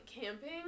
camping